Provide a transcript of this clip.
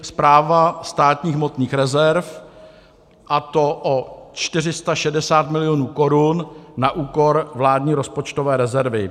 Správa státních hmotných rezerv, a to o 460 milionů korun na úkor vládní rozpočtové rezervy.